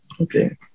Okay